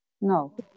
No